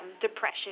Depression